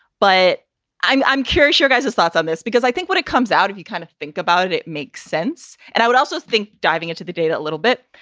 but i'm i'm curious your guys have thoughts on this, because i think what it comes out of, you kind of think about it makes sense. and i would also think diving into the data a little bit.